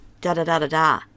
da-da-da-da-da